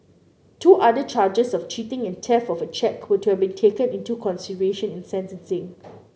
two other charges of cheating and theft of a cheque were to have been taken into consideration in sentencing